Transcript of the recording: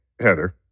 Heather